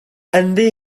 ynddi